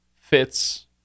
fitz